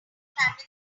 happy